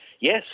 yes